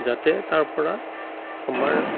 যাতে তাৰপৰা আমাৰ